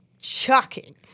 chucking